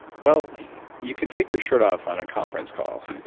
well you can take your shirt off on a conference call.